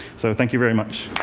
so thank you very much.